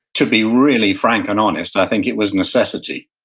to be really frank and honest, i think it was necessity.